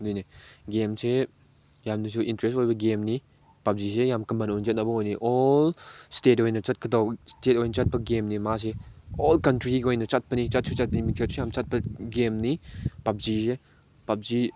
ꯑꯗꯨꯅꯤ ꯒꯦꯝꯁꯦ ꯌꯥꯝꯅꯁꯨ ꯏꯟꯇꯔꯦꯁ ꯑꯣꯏꯕ ꯒꯦꯝꯅꯤ ꯄꯞꯖꯤꯁꯦ ꯌꯥꯝ ꯀꯃꯟ ꯑꯣꯏꯅ ꯆꯠꯅꯕ ꯑꯣꯏꯅꯩ ꯑꯣꯜ ꯏꯁꯇꯦꯠ ꯑꯣꯏꯅ ꯆꯠꯄ ꯒꯦꯝꯅꯤ ꯃꯥꯁꯦ ꯑꯣꯜ ꯀꯟꯇ꯭ꯔꯤꯒꯤ ꯑꯣꯏꯅ ꯆꯠꯄꯅꯤ ꯆꯠꯁꯨ ꯆꯠꯅꯤ ꯃꯤꯡꯆꯠꯁꯨ ꯌꯥꯝ ꯆꯠꯄ ꯒꯦꯝꯅꯤ ꯄꯞꯖꯤꯁꯦ ꯄꯞꯖꯤ